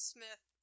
Smith